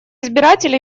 избиратель